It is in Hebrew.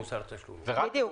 בדיוק.